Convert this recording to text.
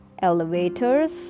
Elevators